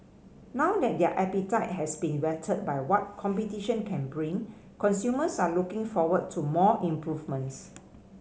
now that their appetite has been whetted by what competition can bring consumers are looking forward to more improvements